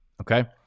okay